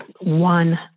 one